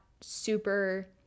super